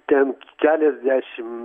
ten keliasdešimt